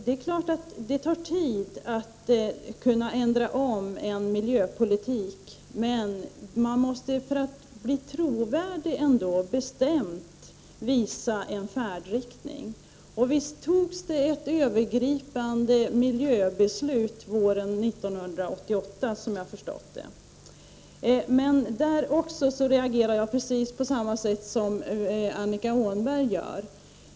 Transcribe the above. Det är klart att det tar tid att förändra en miljöpolitik, men man måste för att bli trovärdig ändå bestämt visa en färdriktning. Visst togs det ett övergripande miljöbeslut våren 1988, som jag har förstått det. Men jag reagerar precis på samma sätt som Annika Åhnberg gör.